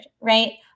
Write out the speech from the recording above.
right